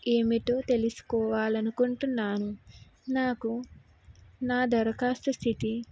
ఏమిటో తెలుసుకోవాలనుకుంటున్నాను నాకు నా దరఖాస్తు స్థితి